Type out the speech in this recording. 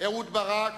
אהוד ברק